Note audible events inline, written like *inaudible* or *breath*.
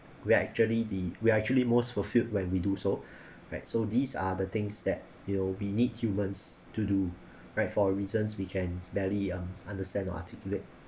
we are actually the we are actually most fulfilled like we do so *breath* right so these are the things that you know we need humans to do right for a reasons we can barely um understand to articulate